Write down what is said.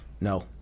No